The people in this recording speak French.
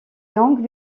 longues